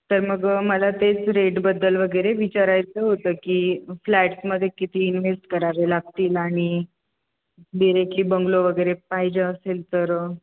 तर मग मला तेच रेटबद्दल वगैरे विचारायचं होतं की फ्लॅट्समध्ये किती इन्व्हेस्ट करावे लागतील आणि बिरेखी बंगलो वगैरे पाहिजे असेल तर